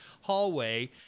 hallway